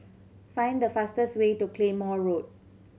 find the fastest way to Claymore Road